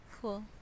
Cool